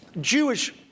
Jewish